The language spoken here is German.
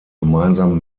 gemeinsam